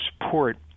support